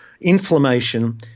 inflammation